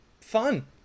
fun